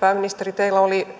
pääministeri teillä oli